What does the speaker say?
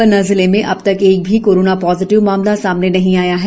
पन्ना जिले में अब तक एक भी कोरोना पोजेटिव मामला सामने नहीं आया है